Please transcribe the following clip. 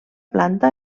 planta